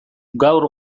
gaur